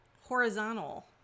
horizontal